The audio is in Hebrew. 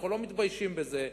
אנחנו לא מתביישים בזה,